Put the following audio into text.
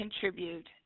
contribute